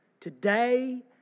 Today